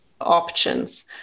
options